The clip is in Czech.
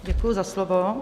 Děkuji za slovo.